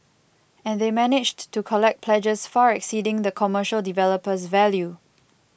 and they managed to collect pledges far exceeding the commercial developer's value